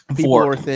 Four